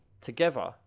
together